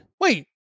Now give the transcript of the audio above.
Wait